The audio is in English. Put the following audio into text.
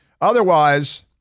Otherwise